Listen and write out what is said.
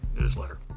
newsletter